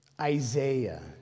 Isaiah